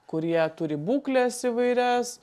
kurie turi būkles įvairias